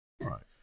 Right